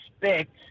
expect